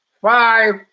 Five